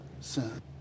sin